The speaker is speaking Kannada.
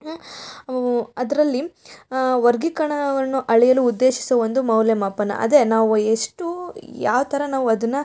ಅವು ಅದರಲ್ಲಿ ವರ್ಗೀಕರಣವನ್ನು ಅಳೆಯಲು ಉದ್ದೇಶಿಸುವ ಒಂದು ಮೌಲ್ಯಮಾಪನ ಅದೇ ನಾವು ಎಷ್ಟು ಯಾವ ಥರ ನಾವು ಅದನ್ನು